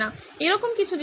এরকম কিছু জিনিস আছে